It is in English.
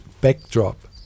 backdrop